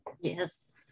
Yes